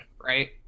right